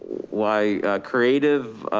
y creative,